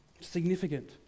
significant